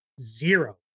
zero